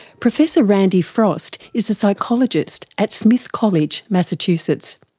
professor randy frost is a psychologist, at smith college massachusetts.